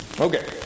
Okay